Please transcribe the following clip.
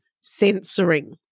censoring